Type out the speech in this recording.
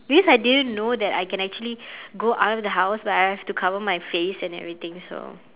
because I didn't know that I can actually go out of the house but I have to cover my face and everything so